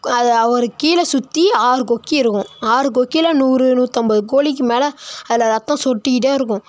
அதில் ஒரு கீழே சுற்றி ஆறு கொக்கி இருக்கும் ஆறு கொக்கியில நூறு நூற்றம்பது கோழிக்கு மேலே அதில் ரத்தம் சொட்டிகிட்டே இருக்கும்